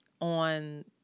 on